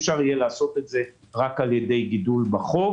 אפשר יהיה לעשות את זה רק על ידי הגדלת החוב.